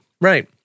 right